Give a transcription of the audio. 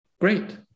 Great